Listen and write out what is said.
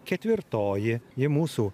ketvirtoji ji mūsų